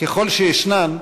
ככל שישנן,